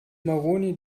maroni